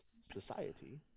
Society